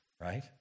right